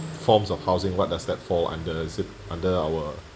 forms of housing what does that fall under is it under our